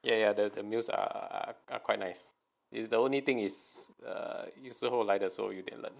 ya ya the meals are are quite nice it's the only thing is err 有时候来的时候有点冷